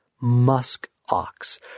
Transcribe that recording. Musk-ox